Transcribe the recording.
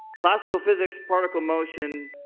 classical physics, particle motion,